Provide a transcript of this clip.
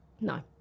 no